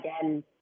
again